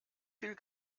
viel